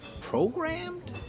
programmed